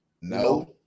No